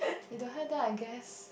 if don't have then I guess